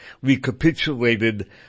recapitulated